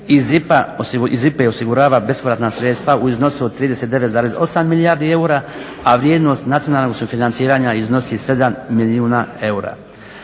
IPA-e osigurava bespovratna sredstva u iznosu 39,8 milijardi eura, a vrijednost nacionalnog sufinanciranja iznosi 7 milijuna eura.